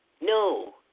No